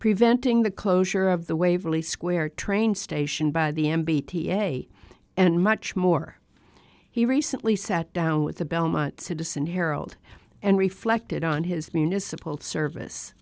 preventing the closure of the waverly square train station by the m b t a and much more he recently sat down with the belmont citizen herald and reflected on his municipal service